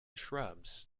shrubs